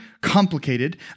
complicated